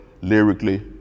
lyrically